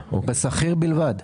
בסדר.